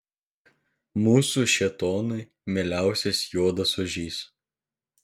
mūsų šėtonui mieliausias juodas ožys